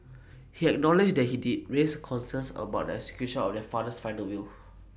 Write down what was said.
he acknowledged that he did raise concerns about execution of their father's final will